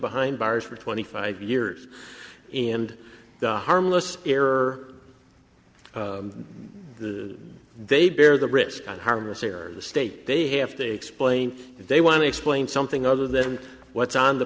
behind bars for twenty five years and harmless error the they bear the risk on harmless error the state they have to explain if they want to explain something other than what's on the